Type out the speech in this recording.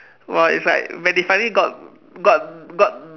!wah! it's like when they finally got got got